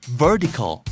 vertical